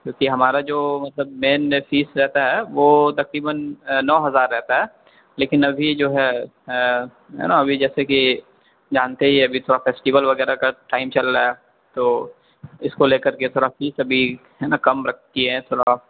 کیونکہ ہمارا جو مطلب مین فیس رہتا ہے وہ تقریباً نو ہزار رہتا ہے لیکن ابھی جو ہے ہے نا ابھی جیسے کہ جانتے ہی ابھی تھوڑا فیسٹیول وغیرہ کا ٹائم چل رہا ہے تو اس کو لے کر کے تھوڑا فیس ابھی ہے نا کم رکھتی ہے تھوڑا